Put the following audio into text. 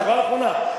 שורה אחרונה.